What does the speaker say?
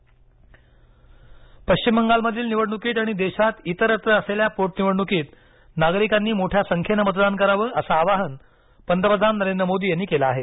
पंतप्रधान आवाहन पश्चिम बंगालमधील निवडणुकीत आणि देशात इतरत्र असलेल्या पोटनिवडणुकीत नागरिकांनी मोठ्या संख्येनं मतदान करावं असं आवाहन पंतप्रधान नरेंद्र मोदी यांनी केलं आहे